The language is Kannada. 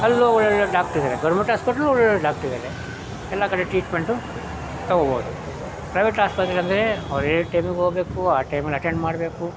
ಅಲ್ಲೂ ಒಳ್ಳೊಳ್ಳೆ ಡಾಕ್ಟ್ರ್ ಇದ್ದಾರೆ ಗೌರ್ಮೆಂಟ್ ಆಸ್ಪೆಟ್ಲಲ್ಲಿ ಒಳ್ಳೊಳ್ಳೆ ಡಾಕ್ಟ್ರ್ ಇದ್ದಾರೆ ಎಲ್ಲ ಕಡೆ ಟ್ರೀಟ್ಮೆಂಟು ತಗೊಳ್ಬೋದು ಪ್ರೈವೇಟ್ ಆಸ್ಪತ್ರೆ ಅಂದರೆ ಅವ್ರು ಹೇಳೋದು ಟೈಮಿಗೆ ಹೋಗಬೇಕು ಆ ಟೈಮಲ್ಲಿ ಅಟೆಂಡ್ ಮಾಡಬೇಕು